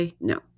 No